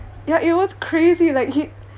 ya it was crazy like he